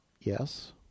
Yes